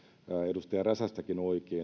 edustaja räsästäkin oikein